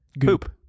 Poop